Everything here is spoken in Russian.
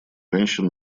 женщин